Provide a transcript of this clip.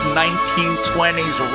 1920s